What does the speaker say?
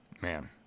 Man